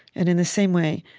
and in the same way,